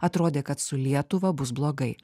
atrodė kad su lietuva bus blogai